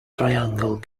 triangle